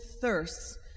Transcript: thirsts